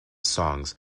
songs